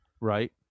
right